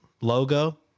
logo